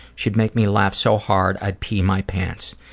she'd make me laugh so hard, i'd pee my pants.